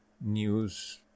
news